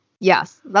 yes